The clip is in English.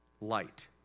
light